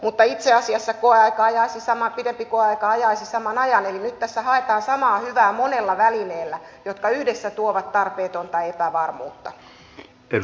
mutta itse asiassa se pidempi koeaika ajaisi saman asian eli nyt tässä haetaan samaa hyvää monella välineellä jotka yhdessä tuovat tarpeetonta epävarmuutta